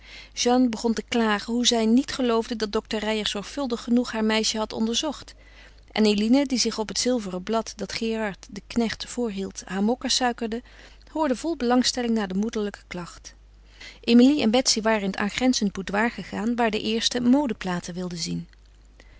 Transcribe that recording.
jeanne begon te klagen hoe zij niet geloofde dat dokter reijer zorgvuldig genoeg haar meisje had onderzocht en eline die zich op het zilveren blad dat gerard de knecht voorhield haar mokka suikerde hoorde vol belangstelling naar de moederlijke klacht emilie en betsy waren in het aangrenzend boudoir gegaan waar de eerste modeplaten wilde zien